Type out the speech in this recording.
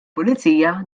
pulizija